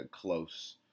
close